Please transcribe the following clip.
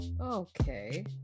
Okay